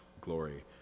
glory